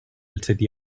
city